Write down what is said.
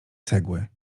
cegły